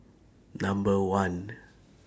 Number one